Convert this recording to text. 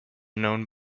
known